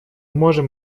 можем